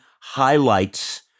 highlights